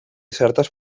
certes